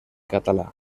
català